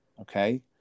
Okay